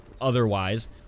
otherwise